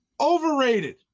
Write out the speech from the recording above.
overrated